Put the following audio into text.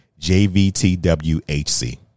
JVTWHC